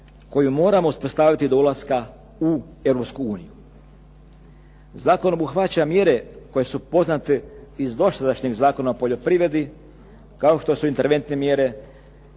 koju moramo uspostaviti do ulaska u Europsku uniju. Zakon obuhvaća mjere koje su poznate iz dosadašnjeg Zakona o poljoprivredi kao što su interventne mjere,